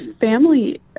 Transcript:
family